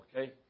okay